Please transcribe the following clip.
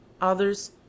others